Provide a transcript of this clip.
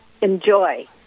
enjoy